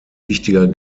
wichtiger